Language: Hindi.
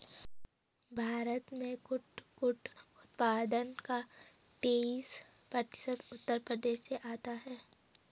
भारत में कुटकुट उत्पादन का तेईस प्रतिशत उत्तर प्रदेश से आता है